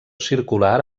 circular